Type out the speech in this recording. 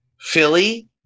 Philly